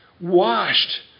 washed